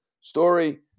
Story